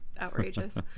outrageous